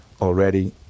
already